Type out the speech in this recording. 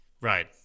right